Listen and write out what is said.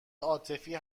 عاطفی